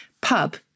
pub